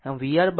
આમvR I R